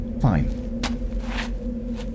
Fine